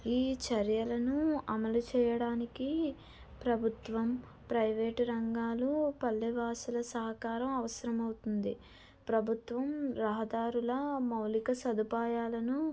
ఈ చర్యలను అమలు చేయడానికి ప్రభుత్వం ప్రైవేటు రంగాలు పల్లెవాసుల సహకారం అవసరమవుతుంది ప్రభుత్వం రహదారుల మౌలిక సదుపాయాలను